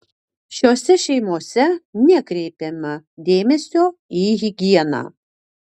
šiose šeimose nekreipiama dėmesio į higieną